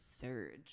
surge